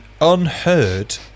unheard